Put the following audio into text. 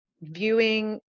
viewing